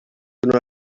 una